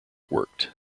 worked